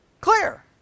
clear